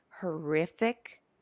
horrific